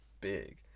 big